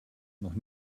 noch